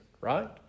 right